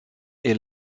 est